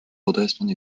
redressement